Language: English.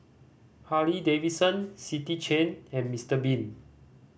Harley Davidson City Chain and Mister Bean